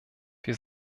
wir